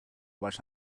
was